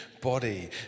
body